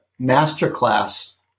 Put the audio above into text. masterclass